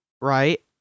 right